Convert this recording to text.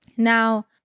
now